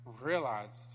realized